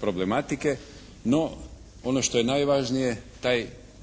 problematike. No, ono što je najvažnije taj